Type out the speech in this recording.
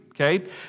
Okay